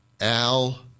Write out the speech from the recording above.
Al